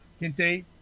Kinte